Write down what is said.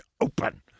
Open